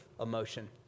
emotion